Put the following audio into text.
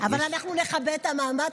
אבל אנחנו נכבד את המעמד.